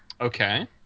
Okay